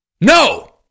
No